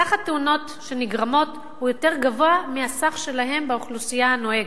סך התאונות שנגרמות הוא יותר גבוה מהסך שלהם באוכלוסייה הנוהגת.